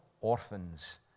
orphans